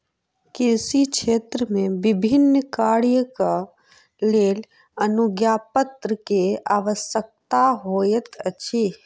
कृषि क्षेत्र मे विभिन्न कार्यक लेल अनुज्ञापत्र के आवश्यकता होइत अछि